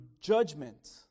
judgment